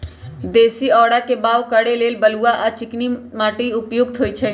देशी औरा के बाओ करे लेल बलुआ आ चिकनी माटि उपयुक्त होइ छइ